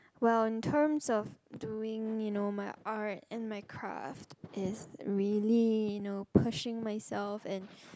while in terms of doing you know my art and my craft is really you know pushing myself and